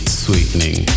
sweetening